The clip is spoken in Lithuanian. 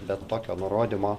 bet tokio nurodymo